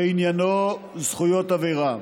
שעניינו זכויות נפגעי עבירה.